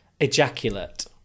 Ejaculate